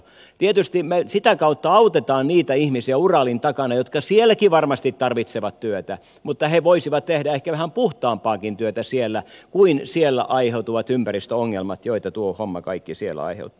tietysti me sitä kautta autamme niitä ihmisiä uralin takana jotka sielläkin varmasti tarvitsevat työtä mutta he voisivat tehdä ehkä vähän puhtaampaakin työtä kuin ovat siellä aiheutuvat ympäristöongelmat joita tuo homma kaikki siellä aiheuttaa